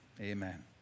Amen